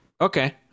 Okay